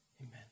Amen